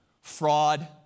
fraud